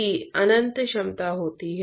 तो एक को फोर्स्ड कन्वेक्शन कहा जाता है